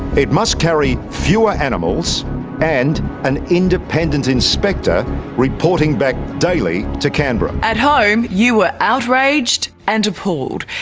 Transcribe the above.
it must carry fewer animals and an independent inspector reporting back daily to canberra. at home, you were outraged and appalled.